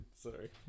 sorry